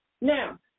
Now